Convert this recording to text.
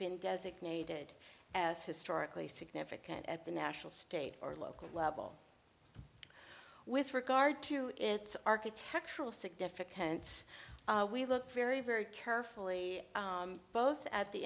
been designated as historically significant at the national state or local level with regard to its architectural significance we looked very very carefully both at the